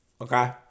okay